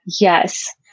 Yes